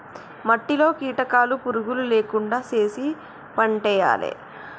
మట్టిలో కీటకాలు పురుగులు లేకుండా చేశి పంటేయాలే